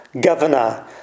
governor